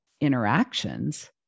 interactions